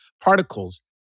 particles